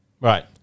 Right